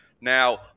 Now